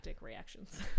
reactions